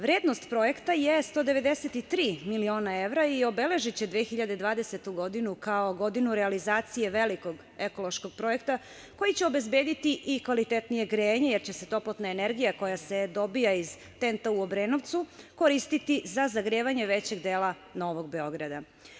Vrednost projekta je 193 miliona evra i obeležiće 2020. godinu kao godinu realizacije veliko ekološkog projekta koji će obezbediti i kvalitetnije grejanje, jer će se toplotna energija koja se dobija iz TENT u Obrenovcu koristiti za zagrevanje većeg dela Novog Beograda.